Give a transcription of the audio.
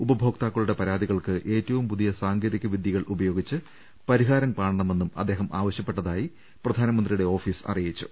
ഉപഭോക്താക്കളുടെ പരാതികൾക്ക് ഏറ്റവും പുതിയ സാങ്കേതികവിദ്യകൾ ഉപയോഗിച്ച് പരിഹാരം കാണണമെന്നും അദ്ദേഹം ആവശ്യപ്പെട്ടതായി പ്രധാനമന്ത്രിയുടെ ഓഫീസ് അറിയിച്ചു